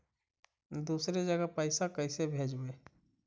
दुसरे जगह पैसा कैसे भेजबै?